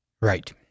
Right